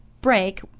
break